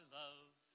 love